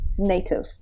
native